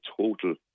total